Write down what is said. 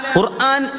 Quran